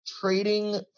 trading